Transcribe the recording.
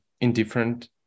indifferent